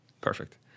perfect